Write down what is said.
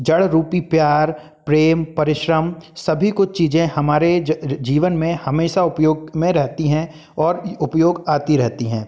जड़ रूपी प्यार प्रेम परिश्रम सभी कुछ चीजें हमारे जीवन में हमेशा उपयोग में रहती हैं और उपयोग आती रहती हैं